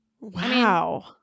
Wow